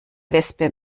wespe